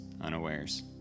unawares